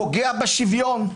פוגע בשוויון.